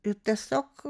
ir tiesiog